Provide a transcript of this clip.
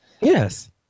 Yes